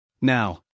Now